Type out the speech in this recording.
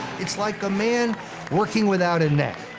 it's like a man working without a net.